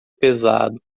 pesado